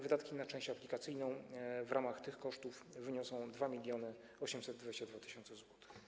Wydatki na część aplikacyjną w ramach tych kosztów wyniosą 2822 tys. zł.